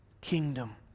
kingdom